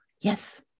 Yes